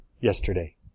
yesterday